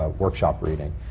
ah workshop reading.